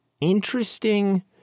interesting